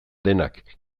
denak